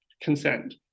consent